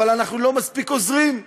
אבל אנחנו לא מספיק עוזרים.